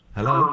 Hello